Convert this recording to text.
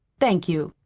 thank you.